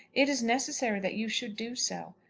it is necessary that you should do so.